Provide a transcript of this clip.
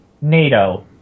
NATO